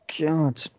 God